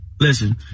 Listen